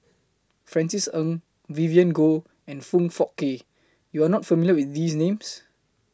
Francis Ng Vivien Goh and Foong Fook Kay YOU Are not familiar with These Names